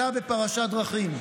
אתה בפרשת דרכים,